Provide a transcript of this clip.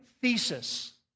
thesis